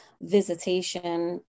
visitation